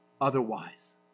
otherwise